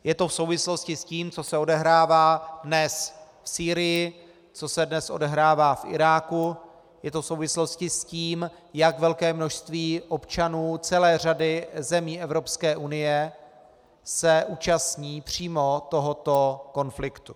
Je to v souvislosti s tím, co se odehrává dnes v Sýrii, co se dnes odehrává v Iráku, je to v souvislosti s tím, jak velké množství občanů celé řady zemí Evropské unie se účastní přímo tohoto konfliktu.